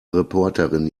reporterin